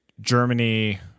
Germany